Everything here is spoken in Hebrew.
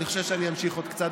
אני חושב שאני אמשיך עוד קצת,